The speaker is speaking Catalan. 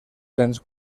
cents